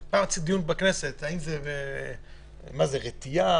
האם זה רתיעה?